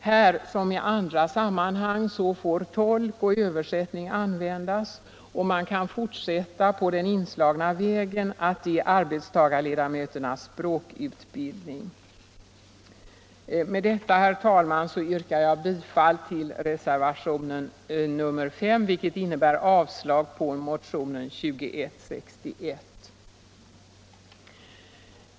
Här som i andra sammanhang får tolk och översättningar användas, och man kan fortsätta på den inslagna vägen att ge arbetstagarledamöterna språkutbildning. Med detta, herr talman, yrkar jag bifall till reservation nr 5, vilket innebär avslag på motion 1975:2161.